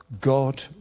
God